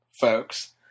folks